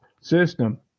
system